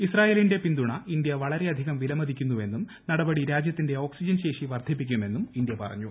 ഇസ്രയേലിന്റെ പിന്തുണ ഇന്ത്യ വളരെയധികഠ വിലമതിക്കുന്നുവെന്നും നടപടി രാജ്യത്തിന്റെ ഓക്സിജൻ ശേഷി വർദ്ധിപ്പിക്കുമെന്നും ഇന്തൃ പറഞ്ഞു